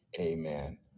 Amen